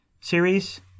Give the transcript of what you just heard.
series